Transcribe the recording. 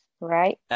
right